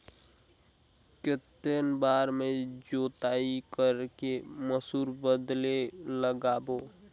कितन बार जोताई कर के मसूर बदले लगाबो?